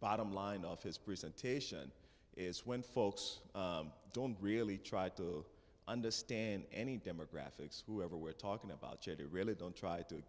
bottom line of his presentation is when folks don't really try to understand any demographics whoever we're talking about really don't try to